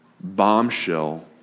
bombshell